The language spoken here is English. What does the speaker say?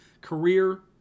career